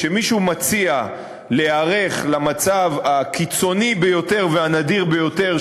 כשמישהו מציע להיערך למצב הקיצוני ביותר והנדיר ביותר,